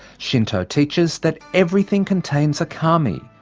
shinto teaches that everything contains a kami,